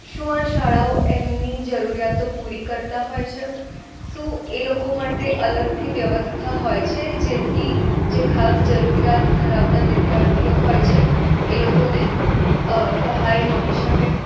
શું આ શાળાઓ એમની જરૂરિયાતો પૂરી કરતા હોય છે શું એ લોકો માટે અલગથી વ્યવસ્થા હોય છે જેથી જે ખાસ જરૂરિયાત ધરાવતા વિદ્યાર્થીઓ હોય છે એ લોકોને સહાય મળી શકે